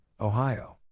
Ohio